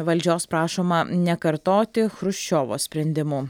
valdžios prašoma nekartoti chruščiovo sprendimų